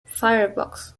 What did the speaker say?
firefox